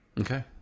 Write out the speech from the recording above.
Okay